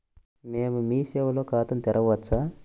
మేము మీ సేవలో ఖాతా తెరవవచ్చా?